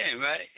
right